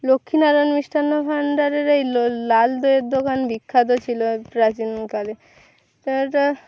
লক্ষ্মীনারায়ণ মিষ্টান্ন ভাণ্ডারের এই ল লাল দইয়ের দোকান বিখ্যাত ছিলো প্রাচীনকালে এটা